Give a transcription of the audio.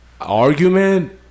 argument